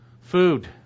Food